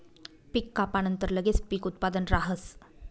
पीक कापानंतर लगेच पीक उत्पादन राहस